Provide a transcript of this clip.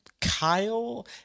Kyle